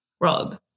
Rob